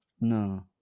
no